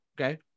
Okay